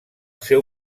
seu